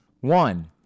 One